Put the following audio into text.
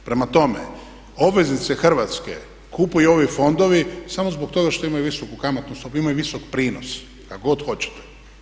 Prema tome, obveznice Hrvatske kupuju ovi fondovi samo zbog toga što imaju visoku kamatnu stopu, imaju visok prinos kako god hoćete.